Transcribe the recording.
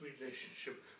relationship